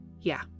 Yeah